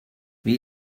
wie